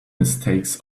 mistakes